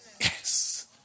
Yes